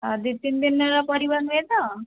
ଦୁଇ ତିନି ଦିନର ପରିବା ନୁହେଁ ତ